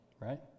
right